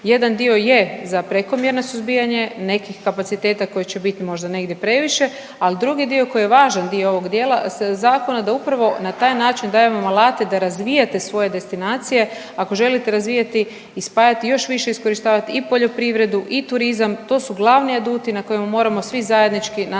jedan dio je za prekomjerno suzbijanje nekih kapaciteta koji će biti možda negdje previše. Ali drugi dio koji je važan dio ovog dijela zakona da upravo na taj način dajemo alate da razvijate svoje destinacije. Ako želite razvijati i spajati i još više iskorištavati i poljoprivredu i turizam to su glavni aduti na kojima moramo svi zajednički nastaviti